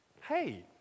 hey